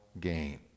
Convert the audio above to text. gain